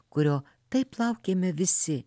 kurio taip laukėme visi